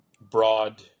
broad